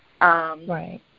Right